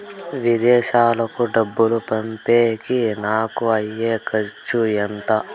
విదేశాలకు డబ్బులు పంపేకి నాకు అయ్యే ఖర్చు ఎంత?